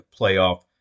playoff